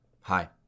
hi